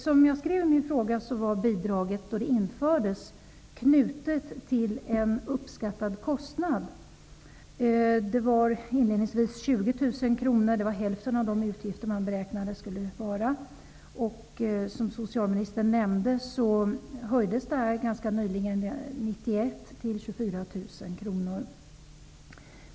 Som jag skrev i min fråga var bidraget då det infördes knutet till en uppskattad kostnad. Det var inledningsvis 20 000 kr, vilket skulle motsvara hälften av de beräknade utgifterna. Som socialministern nämnde höjdes beloppet ganska nyligen, 1991, till 24 000 kr.